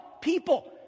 people